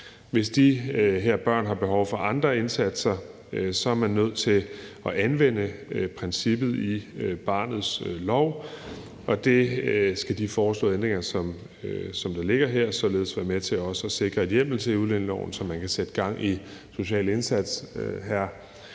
Hvis de her børn har behov for andre indsatser, er man nødt til at anvende princippet i barnets lov, og det skal de foreslåede ændringer, som der ligger her, således være med til også at sikre en hjemmel til i udlændingeloven, så man kan sætte gang i den sociale indsats. Hr.